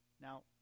Now